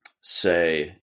say